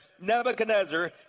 Nebuchadnezzar